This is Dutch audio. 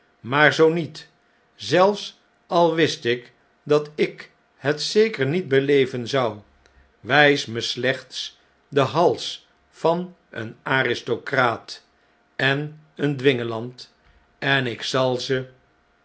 maar zoo niet zelfs al wist ik dat ik het zeker niet beleven zou wijs me slechts den hals van een aristocraat en een dwingeland en ik zal ze